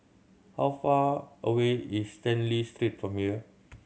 how far away is Stanley Street from here